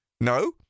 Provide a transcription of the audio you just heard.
No